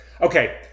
okay